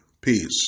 Peace